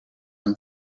een